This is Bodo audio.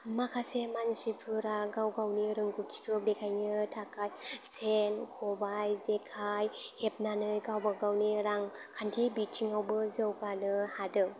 माखासे मानसिफोरा गाव गावनि रोंगौथिखौ देखायनो थाखाय सेन खबाइ जेखाइ हेबनानै गावबा गावनि रांखान्थि बिथिङावबो जौगानो हादों